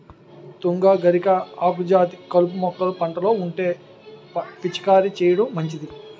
తుంగ, గరిక, ఆకుజాతి కలుపు మొక్కలు పంటలో ఉంటే పిచికారీ చేయడం మంచిది